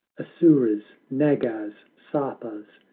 assouras, nagas, sarpas,